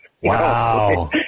Wow